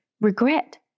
Regret